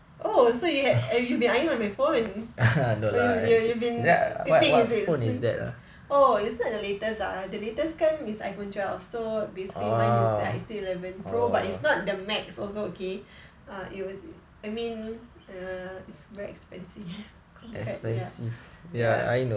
oh so you have you have been eyeing on my phone you you've been peeping is it oh it isn't the latest lah the latest kan is iphone twelve so basically mine is like still eleven pro but it's not the max also okay err ya I mean err it's very expensive compared ya